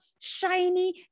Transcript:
shiny